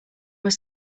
was